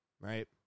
right